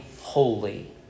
holy